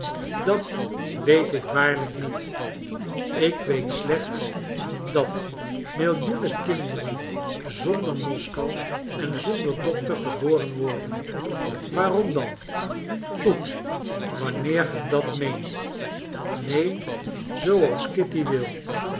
dat weet ik waarlijk niet ik weet slechts dat milioenen kinderen zonder moskou en zonder dokter geboren worden waarom dan goed wanneer ge dat meent neen zooals kitty wil